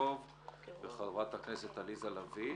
וחברת הכנסת עליזה לביא.